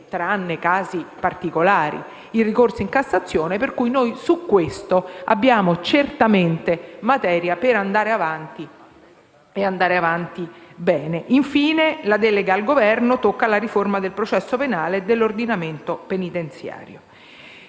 tranne casi particolari, il ricorso per Cassazione. Noi su questo abbiamo certamente materia per andare avanti e per andare avanti bene. Infine, la delega al Governo tocca la riforma del processo penale e dell'ordinamento penitenziario.